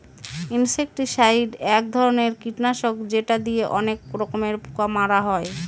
insecticide এক ধরনের কীটনাশক যেটা দিয়ে অনেক রকমের পোকা মারা হয়